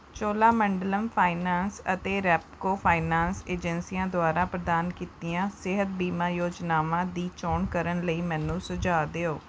Cholamandalam finance ਅਤੇ Repco finance ਏਜੰਸੀਆਂ ਦੁਆਰਾ ਪ੍ਰਦਾਨ ਕੀਤੀਆਂ ਸਿਹਤ ਬੀਮਾ ਯੋਜਨਾਵਾਂ ਦੀ ਚੋਣ ਕਰਨ ਲਈ ਮੈਨੂੰ ਸੁਝਾਅ ਦਿਓ